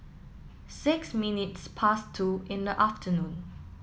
six minutes past two in the afternoon